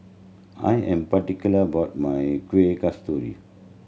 I am particular about my Kuih Kasturi